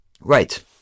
Right